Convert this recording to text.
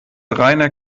reiner